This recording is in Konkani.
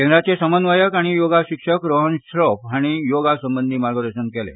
केंद्राचे समन्वयक आनी योगा शिक्षक रोहन श्रॉफ हांणी योगा संबंदी मार्गदर्शन केले